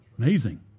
Amazing